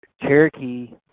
Cherokee